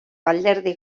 alderdi